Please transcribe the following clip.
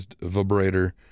vibrator